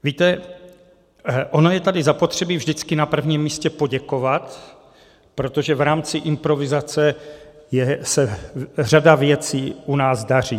Víte, ono je tady zapotřebí vždycky na prvním místě poděkovat, protože v rámci improvizace se řada věcí u nás daří.